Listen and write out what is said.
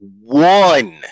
one